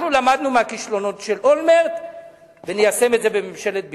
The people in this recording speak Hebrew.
אנחנו למדנו מהכישלונות של אולמרט וניישם את זה בממשלת ביבי.